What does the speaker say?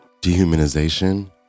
dehumanization